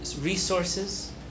resources